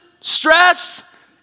stress